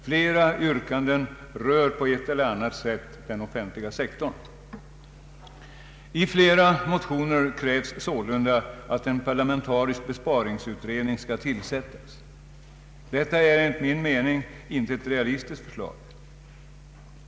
Många yrkanden rör på ett eller annat sätt den offentliga sektorn. I flera motioner krävs att en parlamentarisk besparingsutredning skall tillsättas. Detta är enligt min mening inte ett realistiskt förslag.